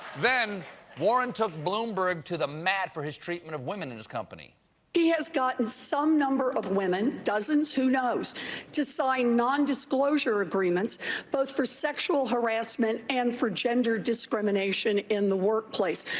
then warren took bloomberg to the mat for his treatment of women in his company he has gotten some number of women dozens, who knows to sign nondisclosure agreements both for sexual harassment and gender discrimination in the workplace.